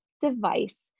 device